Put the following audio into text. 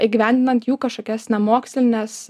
įgyvendinant jų kažkokias na mokslines